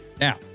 now